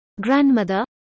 grandmother